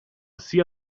sia